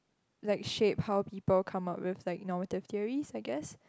like shape how people come up with like normative theories I guess